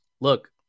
look